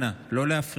אנא, לא להפריע.